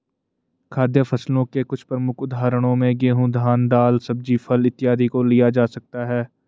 खाद्य फसलों के कुछ प्रमुख उदाहरणों में गेहूं, धान, दाल, सब्जी, फल इत्यादि को लिया जा सकता है